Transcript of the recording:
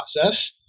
process